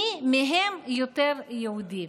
מי מהם יותר יהודי?